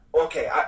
Okay